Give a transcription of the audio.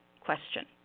question